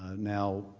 ah now,